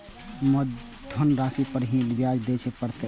मुलधन राशि पर ही नै ब्याज दै लै परतें ने?